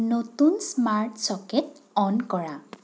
নতুন smart socket on কৰা